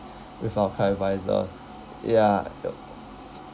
with our club adviser ya